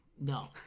No